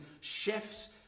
chefs